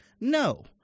No